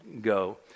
go